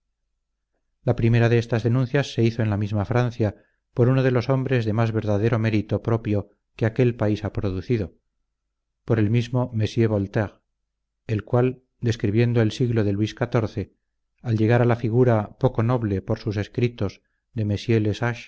la primera de estas denuncias se hizo en la misma francia por uno de los hombres de más verdadero mérito propio que aquel país ha producido por el mismo mr voltaire el cual describiendo el siglo de luis xiv al llegar a la figura poco noble por sus escritos de mr le